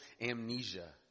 amnesia